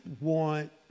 want